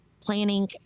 planning